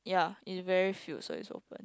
ya it's very filled so is open